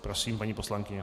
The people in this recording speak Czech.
Prosím, paní poslankyně.